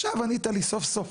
עכשיו ענית לי, סוף סוף.